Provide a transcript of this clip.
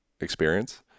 experience